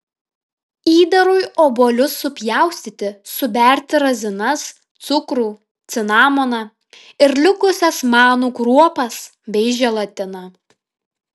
įdarui obuolius supjaustyti suberti razinas cukrų cinamoną ir likusias manų kruopas bei želatiną